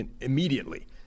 immediately